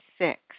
six